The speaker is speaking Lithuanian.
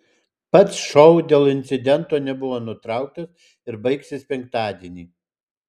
pats šou dėl incidento nebuvo nutrauktas ir baigsis penktadienį